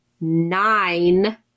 nine